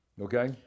Okay